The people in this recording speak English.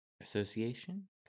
association